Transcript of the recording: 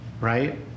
right